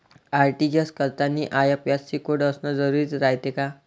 RTGS करतांनी IFSC code असन जरुरी रायते का?